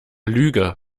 lüge